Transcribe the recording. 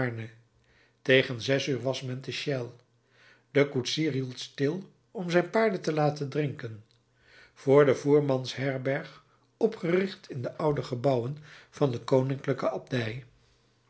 tegen zes uur was men te chelles de koetsier hield stil om zijn paarden te laten drinken vr de voermansherberg opgericht in de oude gebouwen van de koninklijke abdij